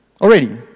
Already